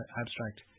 abstract